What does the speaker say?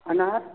अनार